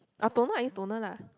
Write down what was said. ah toner I use toner lah